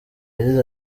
yagize